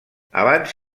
abans